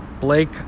Blake